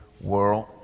world